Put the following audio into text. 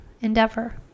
endeavor